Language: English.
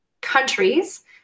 countries